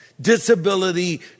Disability